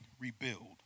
rebuild